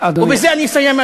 ובזה אסיים,